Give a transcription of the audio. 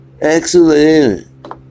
Excellent